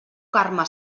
carme